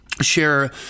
share